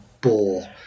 bore